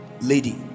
lady